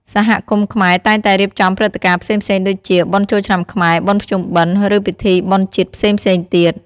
សហគមន៍ខ្មែរតែងតែរៀបចំព្រឹត្តិការណ៍ផ្សេងៗដូចជា បុណ្យចូលឆ្នាំខ្មែរ បុណ្យភ្ជុំបិណ្ឌ ឬពិធីបុណ្យជាតិផ្សេងៗទៀត ។